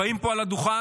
באים לפה, על הדוכן,